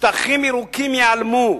שטחים ירוקים ייעלמו,